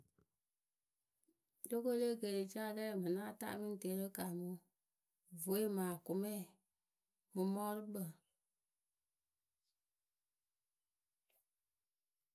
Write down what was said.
Togo le ekeeri ca lǝ yǝ mɨ náa taa mɨŋ teeri wɨ kaamɨ vwe mɨ akʊmɛ mɨ mɔɔrʊkpǝ.